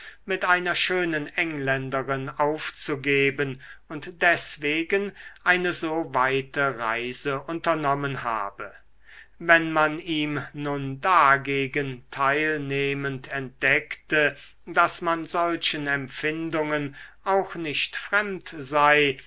mit einer schönen engländerin aufzugeben und deswegen eine so weite reise unternommen habe wenn man ihm nun dagegen teilnehmend entdeckte daß man solchen empfindungen auch nicht fremd sei